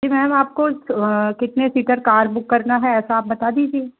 जी ma'am आपको कितने seater car book करना है ऐसा आप बता दीजिए